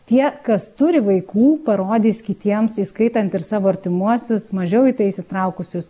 tie kas turi vaikų parodys kitiems įskaitant ir savo artimuosius mažiau į tai įsitraukusius